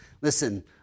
listen